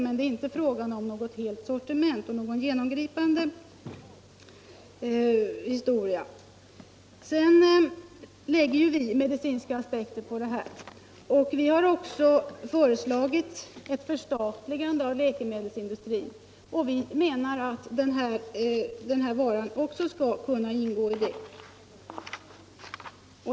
Men det är inte fråga om något helt sortiment, och det blir inte någon genomgripande förändring. Vpk lägger ju medicinska aspekter på denna fråga. Vi har föreslagit ett förstatligande av läkemedelsindustrin och menar att den här varan också skall kunna omfattas av detta.